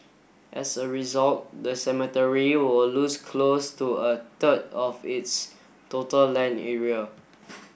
as a result the cemetery will lose close to a third of its total land area